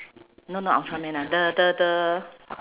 no not ultraman ah the the the